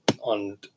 on